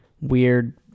weird